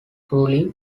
truly